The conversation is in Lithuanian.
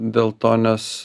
dėl to nes